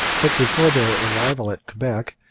but before their arrival at quebec,